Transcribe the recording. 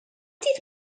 dydd